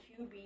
QB